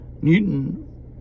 Newton